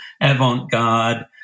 avant-garde